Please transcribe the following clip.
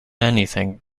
anything